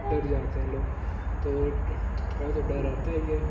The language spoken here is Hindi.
डर जाते हैं लोग तो तो थोड़ा जो डर रहता ही है